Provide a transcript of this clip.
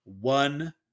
one